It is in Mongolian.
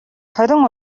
хорин